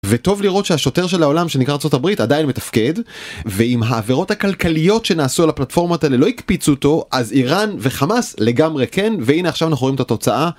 וטוב לראות שהשוטר של העולם שנקרא ארצות הברית עדיין מתפקד, ואם העבירות הכלכליות שנעשו על הפלטפורמות האלה לא הקפיצו אותו, אז איראן וחמאס לגמרי כן, והנה עכשיו אנחנו רואים את התוצאה.